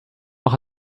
noch